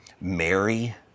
Mary